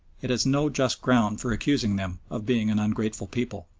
it has no just ground for accusing them of being an ungrateful people.